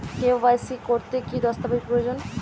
KYC করতে কি দস্তাবেজ প্রয়োজন?